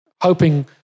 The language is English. hoping